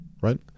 right